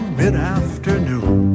mid-afternoon